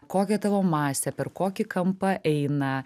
kokia tavo masė per kokį kampą eina